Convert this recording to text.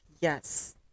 yes